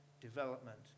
development